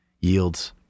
yields